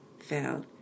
found